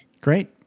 Great